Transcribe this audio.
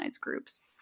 groups